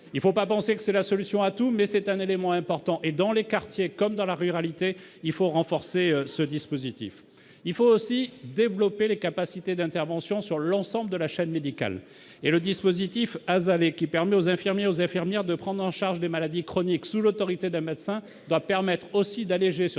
il faut pas penser que c'est la solution à tout, mais c'est un élément important et dans les quartiers comme dans la ruralité, il faut renforcer ce dispositif, il faut aussi développer les capacités d'intervention sur l'ensemble de la chaîne médicale et le dispositif azalée qui permet aux infirmières infirmières de prendre en charge des maladies chroniques, sous l'autorité d'un médecin doit permettre aussi d'alléger sur